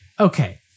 Okay